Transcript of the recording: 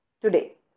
today